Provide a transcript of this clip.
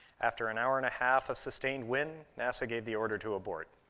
after an hour and a half of sustained wind, nasa gave the order to abort.